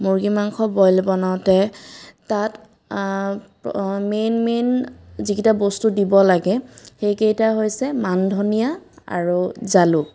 মুৰ্গী মাংসৰ বইল বনাওঁতে তাত মেইন মেইন যিকেইটা বস্তু দিব লাগে সেইকেইটা হৈছে মানধনিয়া আৰু জালুক